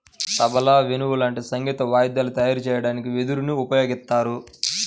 తబలా, వేణువు లాంటి సంగీత వాయిద్యాలు తయారు చెయ్యడానికి వెదురుని ఉపయోగిత్తారు